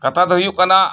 ᱠᱟᱛᱷᱟ ᱫᱚ ᱦᱩᱭᱩᱜ ᱠᱟᱱᱟ